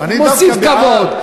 אני דווקא בעד,